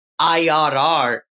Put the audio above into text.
IRR